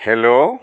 hello